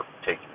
taking